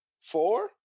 four